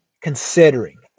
considering